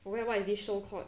forget what is this show called